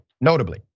notably